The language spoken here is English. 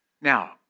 Now